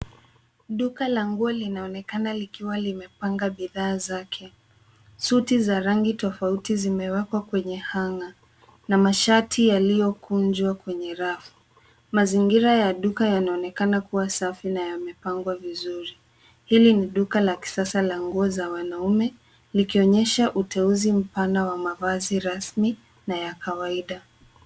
Duka la nguo linaonekana likiwa limepanga bidhaa zake. Suti za rangi tofauti zimewekwa kwenye hanger na mashati yaliyokunjwa kwenye rafu. Mazingira ya duka yanaonekana kuwa safi na yamepangwa vizuri. Hili ni duka la kisasa la nguo za wanaume likionyesha uteuzi mpana wa mavazi rasmi na ya kawaida.